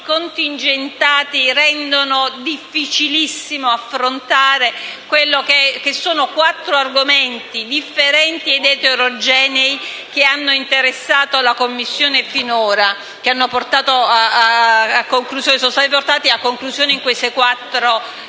contingentati renderanno difficilissimo affrontare i quattro argomenti differenti ed eterogenei che hanno interessato la Commissione finora e che sono stati portati a conclusione in queste quattro relazioni.